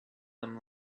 them